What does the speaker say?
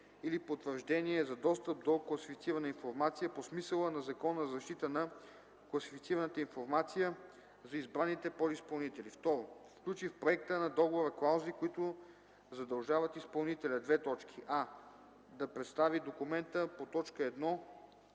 или потвърждение за достъп до класифицирана информация по смисъла на Закона за защита на класифицираната информация за избраните подизпълнители; 2. включи в проекта на договора клаузи, които задължават изпълнителя: а) да представи документа по т. 1